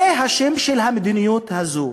זה השם של המדיניות הזאת.